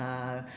uh